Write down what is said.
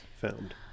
found